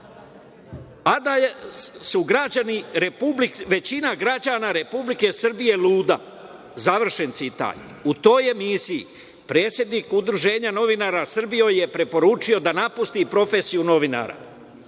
građani, većina građana Republike Srbije luda. Završen citat. U toj emisiji, predsednik Udruženja novinara Srbije joj je preporučio da napusti profesiju novinara.